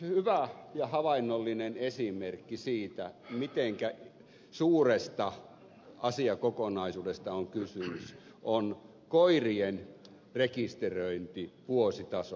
hyvä ja havainnollinen esimerkki siitä mitenkä suuresta asiakokonaisuudesta on kysymys on koirien rekisteröinti vuositasolla